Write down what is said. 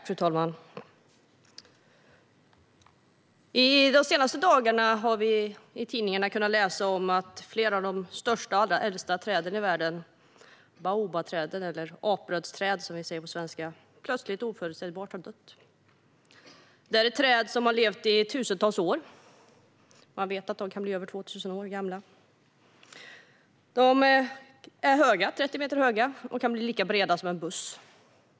Fru talman! De senaste dagarna har vi kunnat läsa i tidningarna att flera av världens största och äldsta träd, baobabträd eller apbrödsträd som vi säger på svenska, plötsligt och oförutsett har dött. Det är träd som har levt i tusentals år. Man vet att de kan bli över 2 000 år gamla. De är 30 meter höga och kan bli lika breda som en buss.